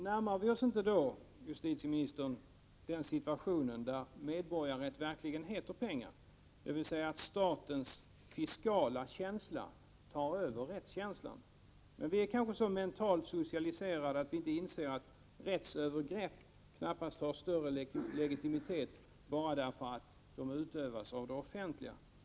Närmar vi oss inte då, justitieministern, den situation där medborgarrätt verkligen heter pengar, dvs. då statens fiskala känsla tar över rättskänslan? Men vi är kanske så mentalt socialiserade att vi inte inser att rättsövergrepp knappast har större legitimitet bara därför att de begås av det offentliga.